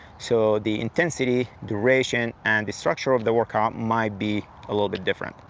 so the intensity, duration and the structure of the workout, might be a little bit different.